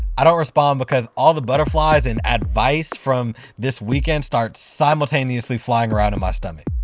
i don't respond because all the butterflies and advice from this weekend start simultaneously flying around in my stomach.